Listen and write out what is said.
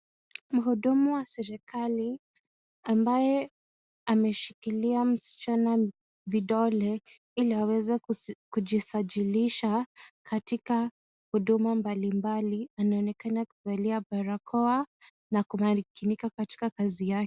Mhudumu wa serikali ambaye ameshikilia msichana vidole ili aweze kujisajilisha katika huduma mbali mbali anaonekana akivalia barakoa na kumakinika katika kazi yake.